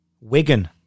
Wigan